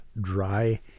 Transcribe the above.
dry